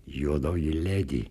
juodoji ledi